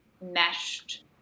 meshed